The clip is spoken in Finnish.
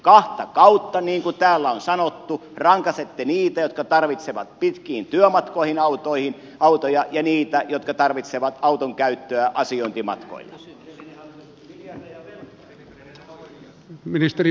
kahta kautta niin kuin täällä on sanottu rankaisette niitä jotka tarvitsevat pitkiin työmatkoihin autoja ja niitä jotka tarvitsevat auton käyttöä asiointimatkoilla